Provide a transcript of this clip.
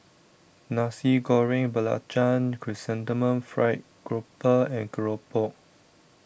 Nasi Goreng Belacan Chrysanthemum Fried Grouper and Keropok